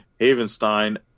havenstein